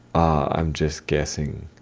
i'm just guessing.